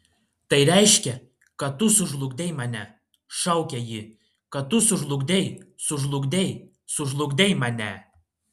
tai reiškia kad tu sužlugdei mane šaukė ji kad tu sužlugdei sužlugdei sužlugdei mane